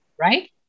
right